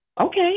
Okay